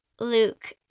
Luke